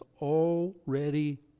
already